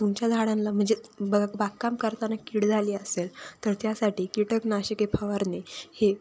तुमच्या झाडाला म्हणजे बग बागकाम करताना कीड झाली असेल तर त्यासाठी कीटकनाशके फवारणे हे